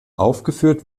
aufgeführt